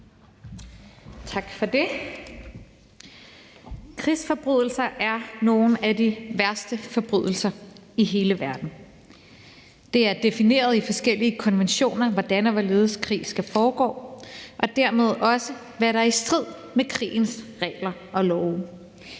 Tak for det. Krigsforbrydelser er nogle af de værste forbrydelser i hele verden. Det er defineret i forskellige konventioner, hvordan og hvorledes krig skal foregå, og dermed også, hvad der er i strid med krigens regler og love.